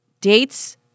Dates